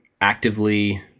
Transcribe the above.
actively